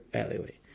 alleyway